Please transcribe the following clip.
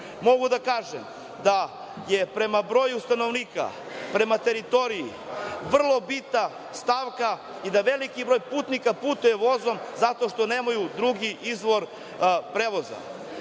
Mogu da kažem da je, prema broju stanovnika, prema teritoriji, vrlo bitna stavka i da veliki broj putnika putuje vozom zato što nemaju drugi izbor prevoza.